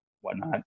whatnot